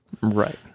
right